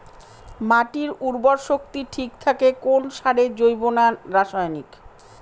মাটির উর্বর শক্তি ঠিক থাকে কোন সারে জৈব না রাসায়নিক?